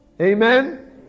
Amen